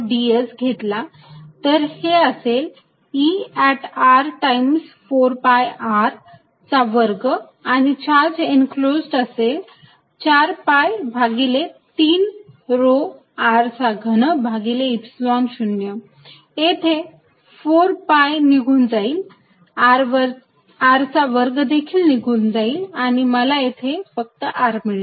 ds घेतला तर ते असेल E at r times 4 pi r चा वर्ग आणि चार्ज इंक्लोजड असेल 4 pi भागिले 3 rho r चा घन भागिले Epsilon 0 येथे 4 pi निघून जाईल r चा वर्ग देखील निघून जाईल आणि मला येथे फक्त r मिळेल